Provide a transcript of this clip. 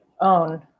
own